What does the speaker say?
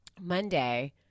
Monday